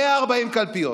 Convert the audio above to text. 140 קלפיות.